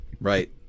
Right